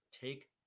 take